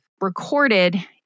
recorded